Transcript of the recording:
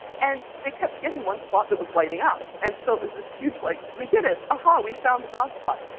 and they kept getting one spot that was lighting up, and so it was this huge, like, we did it, aha, we found the god spot.